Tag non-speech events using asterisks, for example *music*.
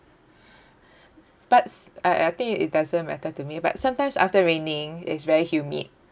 *breath* but s~ I I think it doesn't matter to me but sometimes after raining it's very humid